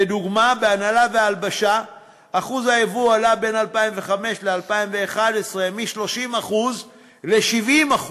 לדוגמה: בהנעלה והלבשה אחוז היבוא עלה בין 2005 ל-2011 מ-30% ל-70%.